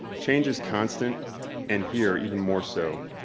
change is constant and here even more so.